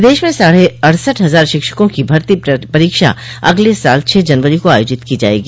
प्रदेश में साढ़े अड़सठ हजार शिक्षकों की भर्ती परीक्षा अगले साल छह जनवरी को आयोजित की जायेगी